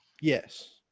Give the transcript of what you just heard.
yes